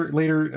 later